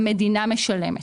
המדינה משלמת.